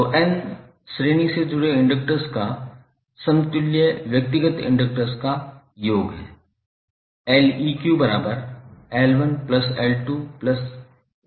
तो n श्रेणी से जुड़े इंडेक्सर्स का समतुल्य व्यक्तिगत इंडक्टर का योग हैं